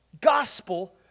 gospel